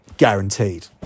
guaranteed